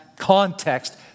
Context